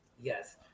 yes